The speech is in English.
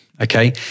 Okay